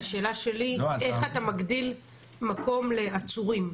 השאלה שלי איך אתה מגדיל מקום לעצורים?